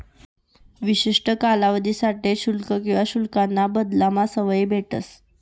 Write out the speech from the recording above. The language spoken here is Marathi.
विशिष्ठ कालावधीसाठे शुल्क किवा शुल्काना बदलामा सवलत भेटस